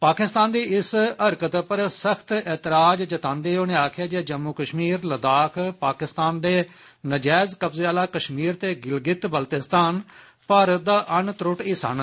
पाकिस्तान दी इस हरकत पर सख्त एतराज जतांदे होई उनें आक्खेआ जे जम्मू कश्मीर लद्दाख पाकिस्तान दे नजैज कब्जे आला कश्मीर ते गिलगित बलटिस्तान भारत दा अनत्र्टट हिस्सा न